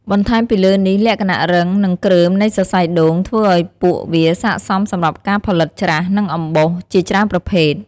បន្ថែមពីលើនេះលក្ខណៈរឹង និងគ្រើមនៃសរសៃដូង ធ្វើឱ្យពួកវាស័ក្តិសមសម្រាប់ការផលិតច្រាស និងអំបោស ជាច្រើនប្រភេទ។